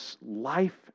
life